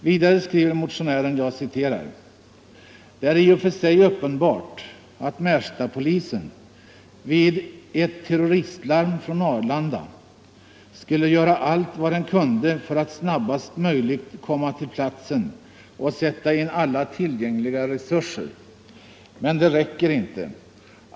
Vidare skriver motionären: ”Det är i och för sig uppenbart att Märstapolisen vid ett terroristlarm från Arlanda skulle göra allt vad den kunde för att snabbast möjligt komma till platsen och sätta in alla tillgängliga resurser. Men det räcker inte.